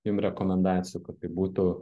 jum rekomendacijų kad tai būtų